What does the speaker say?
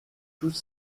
tous